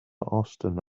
austen